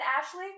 Ashley